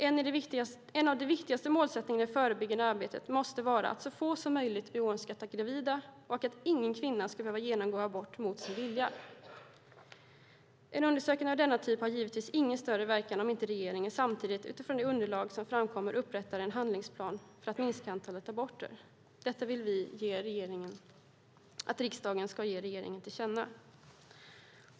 En av de viktigaste målsättningarna i det förebyggande arbetet måste vara att så få som möjligt blir oönskat gravida och att ingen kvinna ska behöva genomgå en abort mot sin vilja. En undersökning av denna typ har givetvis ingen större verkan om inte regeringen samtidigt utifrån det underlag som framkommer upprättar en handlingsplan för att minska antalet aborter. Detta vill vi att riksdagen ska ge regeringen till känna.